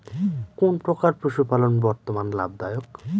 কোন প্রকার পশুপালন বর্তমান লাভ দায়ক?